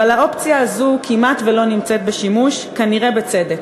אבל האופציה הזאת כמעט שלא בשימוש, כנראה בצדק.